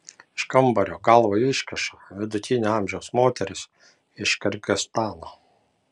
iš kambario galvą iškiša vidutinio amžiaus moteris iš kirgizstano